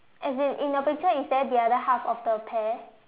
as in in the picture is there the other half of the pear